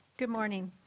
good morning.